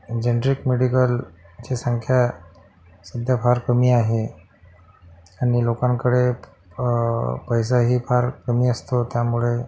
generic मेडिकलची संख्या सध्या फार कमी आहे आणि लोकांकडे पैसाही फार कमी असतो त्यामुळे